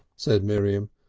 said miriam,